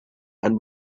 and